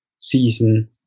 season